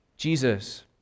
Jesus